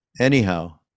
Anyhow